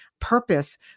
Purpose